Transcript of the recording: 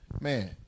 man